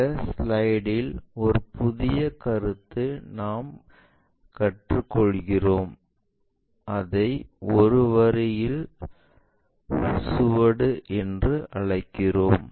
இந்த ஸ்லைடில் ஒரு புதிய கருத்தை நாங்கள் கற்றுக்கொள்வோம் அதை ஒரு வரியின் சுவடு என்று அழைக்கிறோம்